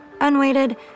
Unweighted